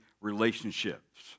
relationships